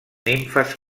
nimfes